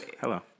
hello